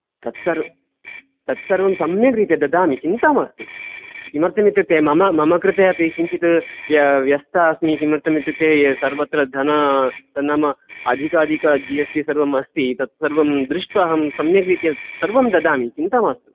तत्सर्व तत्सर्वं सम्यग्रीत्या ददामि चिन्ता मास्तु किमर्थमित्युक्ते मम मम कृते अपि किञ्चित् व्यस्तः अस्मि किमर्थमित्युक्ते सर्वत्र धन नाम अधिकाधिक जि एस् टि सर्वं अस्ति तत्सर्वं दृष्ट्वा अहं सम्यग्रीत्या सर्वं ददामि चिन्ता मास्तु